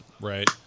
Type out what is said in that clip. right